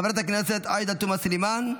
חברת הכנסת עאידה תומא סלימאן,